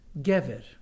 Gever